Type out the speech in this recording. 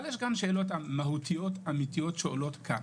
אבל יש גם שאלות מהותיות שעולות כאן